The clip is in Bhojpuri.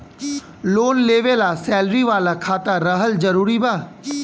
लोन लेवे ला सैलरी वाला खाता रहल जरूरी बा?